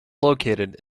located